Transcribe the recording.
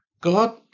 God